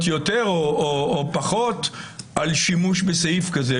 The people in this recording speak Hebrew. יותר או פחות על שימוש בסעיף כזה,